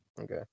Okay